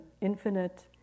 infinite